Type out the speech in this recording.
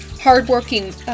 Hardworking